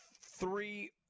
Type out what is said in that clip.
three